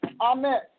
Amen